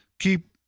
Keep